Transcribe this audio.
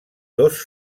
dos